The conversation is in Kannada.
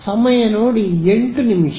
ಸಮಯ ನೋಡಿ 0800